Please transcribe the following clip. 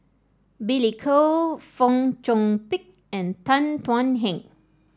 Billy Koh Fong Chong Pik and Tan Thuan Heng